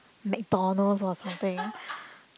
McDonalds or something